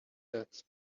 that